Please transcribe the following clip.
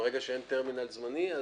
וברגע שאין טרמינל זמני,